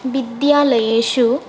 विद्यालयेषु